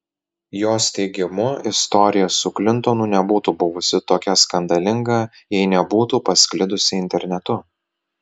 jos teigimu istorija su klintonu nebūtų buvusi tokia skandalinga jei nebūtų pasklidusi internetu